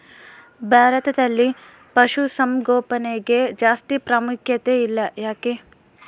ಭಾರತದಲ್ಲಿ ಪಶುಸಾಂಗೋಪನೆಗೆ ಜಾಸ್ತಿ ಪ್ರಾಮುಖ್ಯತೆ ಇಲ್ಲ ಯಾಕೆ?